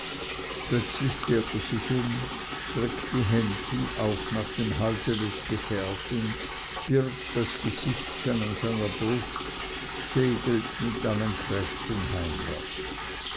plötzlich kehrt es sich um streckt die händchen auf nach dem halse des gefährten birgt das gesichtchen an seiner brust segelt mit allen kräften heimwärts